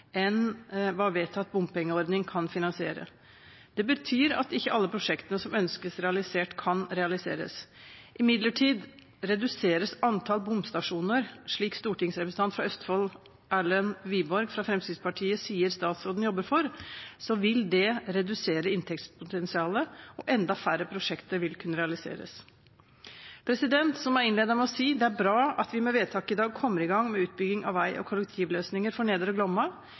enn hva vedtatt bompengeordning kan finansiere. Det betyr at ikke alle prosjektene som ønskes realisert, kan realiseres. Reduseres imidlertid antallet bomstasjoner, slik stortingsrepresentanten fra Østfold, Erlend Wiborg fra Fremskrittspartiet, sier at statsråden jobber for, vil det redusere inntektspotensialet, og enda færre prosjekter vil kunne realiseres. Som jeg innledet med å si, er det bra at vi med vedtaket i dag kommer i gang med utbygging av vei og kollektivløsninger for Nedre Glomma,